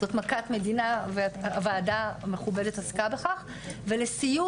זאת מכת מדינה והוועדה המכובדת עסקה בכך ולסיום,